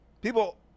People